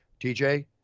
TJ